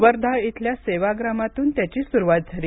वर्धा इथल्या सेवाग्रामातून त्याची सुरुवात झाली